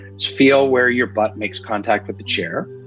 feel where your butt makes contact with the chair.